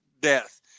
death